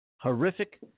horrific